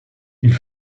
ils